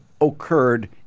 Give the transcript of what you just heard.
occurred